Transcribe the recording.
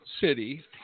city